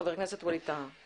חבר הכנסת ווליד טאהא.